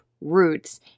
roots